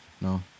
No